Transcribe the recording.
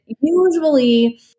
usually